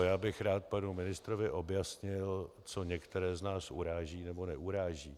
Já bych rád panu ministrovi objasnil, co některé z nás uráží nebo neuráží.